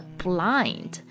blind